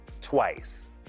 twice